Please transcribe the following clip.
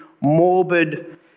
morbid